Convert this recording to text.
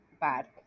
bad